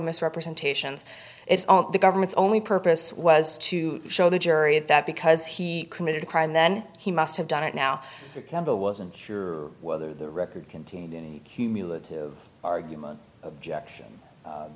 misrepresentations it's on the government's only purpose was to show the jury that because he committed a crime then he must have done it now for example wasn't sure whether the record contained humulin argument objection